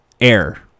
air